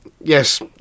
yes